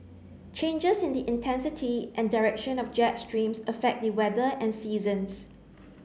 changes in the intensity and direction of jet streams affect the weather and seasons